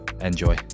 Enjoy